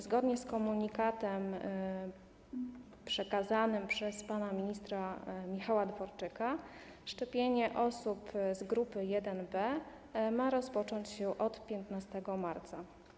Zgodnie z komunikatem przekazanym przez pana ministra Michała Dworczyka szczepienie osób z grupy 1B ma rozpocząć się 15 marca.